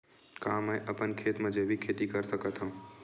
का मैं अपन खेत म जैविक खेती कर सकत हंव?